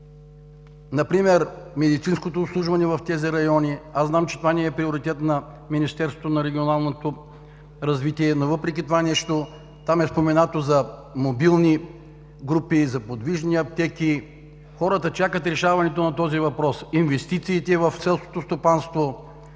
Например медицинското обслужване в тези райони. Знам, че това не е приоритет на Министерството на регионалното развитие и благоустройството, но въпреки това там е споменато за мобилни групи, за подвижни аптеки. Хората чакат решаването на този въпрос. Инвестициите в селското стопанство,